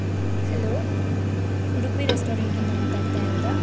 hello Udupi ರೆಸ್ಟೋರೆಂಟಿಂದ ಮಾತಾಡ್ತಾ ಇರೋದಾ